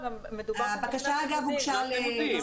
אגב, הבקשה הוגשה לשר הפנים.